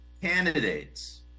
candidates